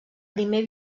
primer